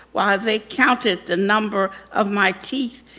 while they counted the number of my teeth.